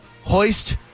Hoist